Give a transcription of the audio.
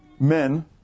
Men